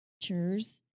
Cheers